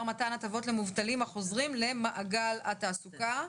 מתן הטבות למובטלים החוזרים למעגל התעסוקה.